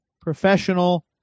professional